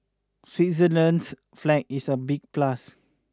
Switzerland's flag is a big plus